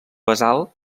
basal